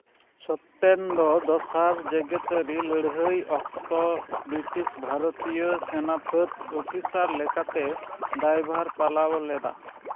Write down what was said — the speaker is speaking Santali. ᱥᱚᱛᱛᱮᱱ ᱫᱚ ᱫᱚᱥᱟᱨ ᱡᱮᱜᱮᱛᱟᱹᱨᱤ ᱞᱟᱹᱲᱦᱟᱹᱭ ᱚᱠᱛᱚ ᱵᱨᱤᱴᱤᱥ ᱵᱷᱟᱨᱚᱛᱤᱭᱟᱹ ᱥᱮᱱᱟ ᱯᱷᱟᱹᱫ ᱚᱯᱷᱤᱥᱟᱨ ᱞᱮᱠᱟᱛᱮ ᱫᱟᱭᱵᱷᱟᱨ ᱯᱟᱞᱟᱣ ᱞᱮᱫᱟ